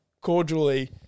cordially